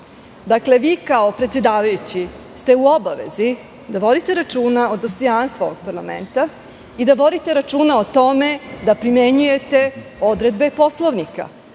vlasti. Vi kao predsedavajući ste u obavezi da vodite računa o dostojanstvu ovog parlamenta i da vodite računa o tome da primenjujete odredbe Poslovnika.